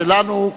שלנו,